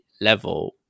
level